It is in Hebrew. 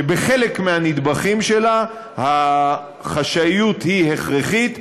בחלק מהנדבכים שלה החשאיות היא הכרחית,